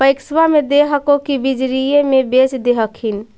पैक्सबा मे दे हको की बजरिये मे बेच दे हखिन?